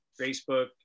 Facebook